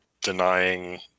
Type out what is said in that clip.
denying